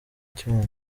icyuma